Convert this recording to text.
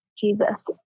Jesus